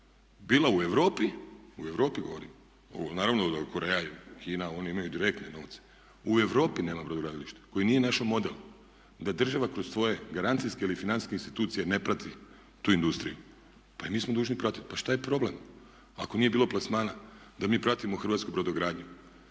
Bila u Europi, u Europi govorim, naravno da Koreja i Kina, oni imaju direktne novce. U Europi nema brodogradilišta koji nije našao model da država kroz svoje garancijske ili financijske institucije ne prati tu industriju. Pa i mi smo dužni pratiti. Pa šta je problem, ako nije bilo plasmana da mi pratimo hrvatsku brodogradnju?